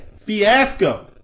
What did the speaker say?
Fiasco